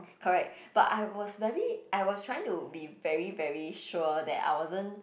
correct but I was very I was trying to be very very sure that I wasn't